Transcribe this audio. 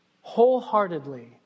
wholeheartedly